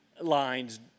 lines